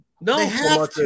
No